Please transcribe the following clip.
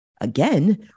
Again